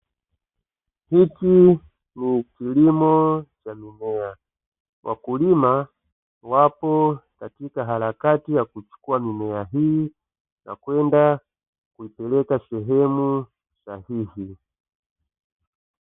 Hiki ni kilimo cha mimea, wakulima wapo katika harakati ya kuchukua mimea hii na kwenda kuipeleka sehemu sahihi.